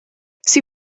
sie